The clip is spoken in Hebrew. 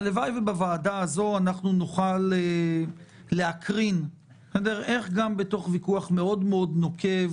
הלוואי ובוועדה הזאת נוכל להקרין איך גם בתוך ויכוח מאוד מאוד נוקב,